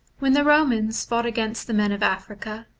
when the komans fought against the men of africa,